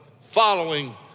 following